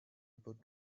about